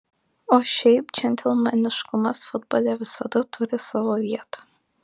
o šiaip džentelmeniškumas futbole visada turi savo vietą